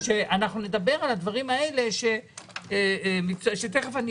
שאנחנו נדבר על הדברים האלה שתכף אני